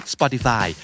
Spotify